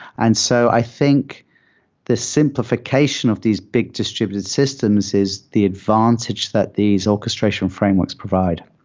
and so i think the simplification of these big distributed systems is the advantage that these orchestration frameworks provide.